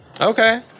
Okay